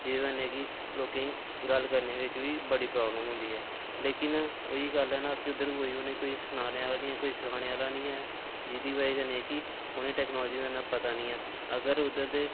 एह् करने कि लोकें गी गल्ल करने दे बिच्च बी बड़ी प्राब्लम होंदी ऐ लेकिन उ'ऐ गल्ल ऐ ना कि उधर कोई सनाने आह्ला नीं ऐ कोई सखाने आह्ला नीं ऐ कि उनेंगी टैक्नोलजी दा इ'न्ना पता नीं ऐ अगर उद्धर दे